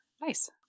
Nice